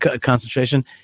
Concentration